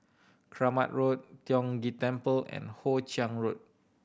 Kramat Road Tiong Ghee Temple and Hoe Chiang Road